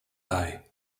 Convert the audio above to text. die